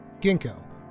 Ginkgo